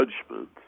judgment